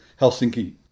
Helsinki